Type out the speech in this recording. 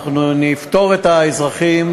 אנחנו נפטור את האזרחים,